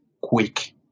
quick